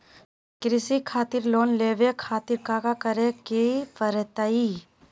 कृषि खातिर लोन लेवे खातिर काका करे की परतई?